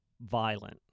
violent